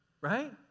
right